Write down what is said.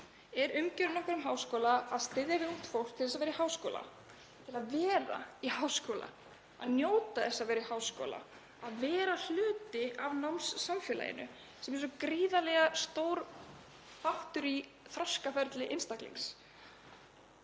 Er umgjörðin okkar um háskóla að styðja við ungt fólk til að fara í háskóla, til að vera í háskóla, að njóta þess að vera í háskóla, að vera hluti af námssamfélaginu sem er svo gríðarlega stór þáttur í þroskaferli einstaklings?